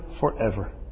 Forever